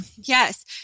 Yes